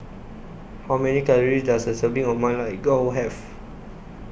How Many Calories Does A Serving of Ma Lai Gao Have